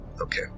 okay